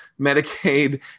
Medicaid